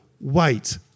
wait